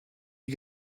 you